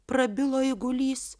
prabilo eigulys